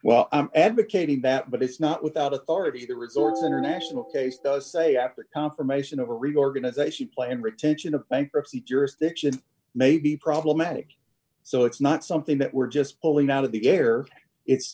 well i'm advocating that but it's not without authority the resort's international case does say after confirmation of a reorganization plan retention of bankruptcy jurisdiction may be problematic so it's not something that we're just pulling out of the air it's